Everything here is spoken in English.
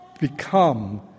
become